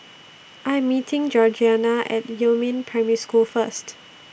I Am meeting Georgiana At Yumin Primary School First